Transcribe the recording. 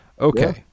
Okay